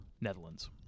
Netherlands